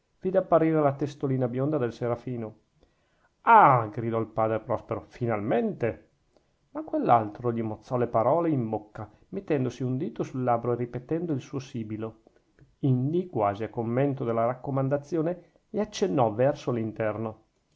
vide apparire la testolina bionda del serafino ah gridò il padre prospero finalmente ma quell'altro gli mozzò le parole in bocca mettendosi un dito sul labbro e ripetendo il suo sibilo indi quasi a commento della raccomandazione gli accennò verso l'interno